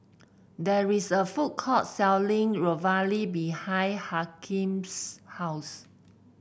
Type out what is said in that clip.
there is a food court selling Ravioli behind Hakeem's house